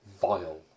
vile